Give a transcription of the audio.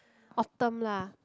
Autumn lah